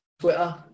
Twitter